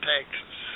Texas